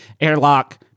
airlock